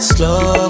Slow